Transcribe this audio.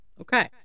Okay